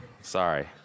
sorry